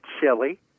chili